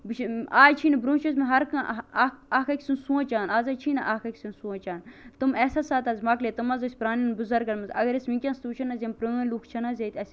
بہٕ چھ آز چھے نہٕ برونٛہہ چھِ ٲسمتۍ ہر کانٛہہ اکھ اکھ أکۍ سُنٛد سونٛچان آز حظ چھے نہٕ اکھ أکۍ سُنٛد سونٛچان تِم احساسات حظ موٚقلے تِم حظ ٲسۍ پرانیٚن بُزرگَن مَنٛز اگر أسۍ ونکیٚنَس تہٕ وٕچھو نہ یِم پرٲنٛۍ لُکھ چھِ نہ حظ ییٚتہ اَسہِ